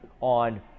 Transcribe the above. on